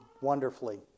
wonderfully